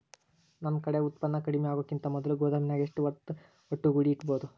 ನನ್ ಕಡೆ ಉತ್ಪನ್ನ ಕಡಿಮಿ ಆಗುಕಿಂತ ಮೊದಲ ಗೋದಾಮಿನ್ಯಾಗ ಎಷ್ಟ ಹೊತ್ತ ಒಟ್ಟುಗೂಡಿ ಇಡ್ಬೋದು?